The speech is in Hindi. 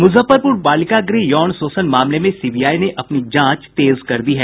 मुजफ्फरपुर बालिका गृह यौन शोषण मामले में सीबीआई ने अपनी जांच तेज कर दी है